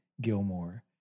Gilmore